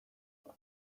zero